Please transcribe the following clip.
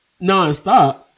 nonstop